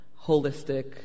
holistic